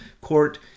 court